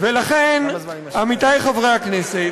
ולכן, עמיתי חברי הכנסת,